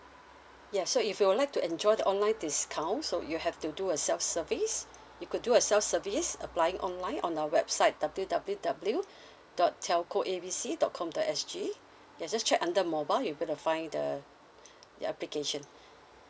ya so if you would like to enjoy the online discount so you have to do a self-service you could do a self-service applying online on our website W_W_W dot telco A B C dot com dot S_G ya just check under mobile you got to find the the application